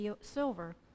silver